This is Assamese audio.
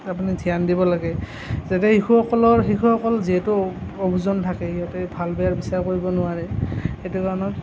আপুনি ধ্যান দিব লাগে যাতে শিশুসকলৰ শিশুসকল যিহেতু অবুজন থাকে সিহঁতে ভাল বেয়াৰ বিচাৰ কৰিব নোৱাৰে সেইটো কাৰণত